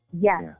Yes